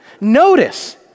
Notice